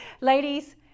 ladies